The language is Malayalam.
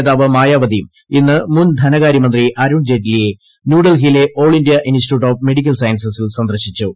നേതാവ് മായാവതിയും ഇന്ന് മുൻ ധനകാര്യമന്ത്രി അരുൺ ജെയ്റ്റ്ലിയെ ന്യൂഡൽഹിയിലെ all India institute of medical സയൻസിൽ സന്ദർശിച്ചു